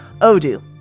Odoo